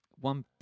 one